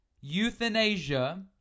Euthanasia